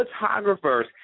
photographers